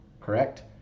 correct